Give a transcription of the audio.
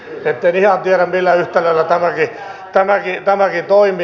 en ihan tiedä millä yhtälöllä tämäkin toimii